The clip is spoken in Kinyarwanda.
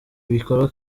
bikorwa